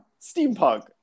Steampunk